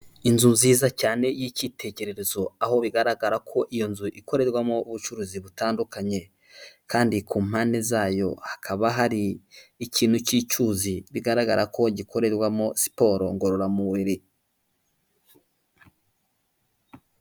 Inzu nziza cyane y'icyitegererezo aho bigaragara ko iyo nzu ikorerwamo ubucuruzi butandukanye, kandi ku mpande zayo hakaba hari ikintu cy'icyuzi bigaragara ko gikorerwamo siporo ngororamubiri.